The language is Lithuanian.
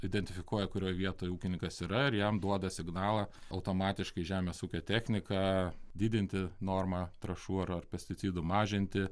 identifikuoja kurioj vietoj ūkininkas yra ir jam duoda signalą automatiškai žemės ūkio techniką didinti normą trąšų ar pesticidų mažinti